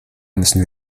müssen